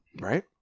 Right